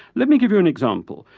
let me give you an example.